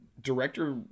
director